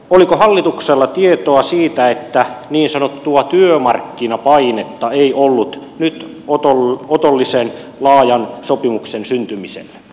oliko hallituksella tietoa siitä että niin sanottua työmarkkinapainetta ei ollut nyt otollisen laajan sopimuksen syntymiselle